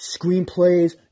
screenplays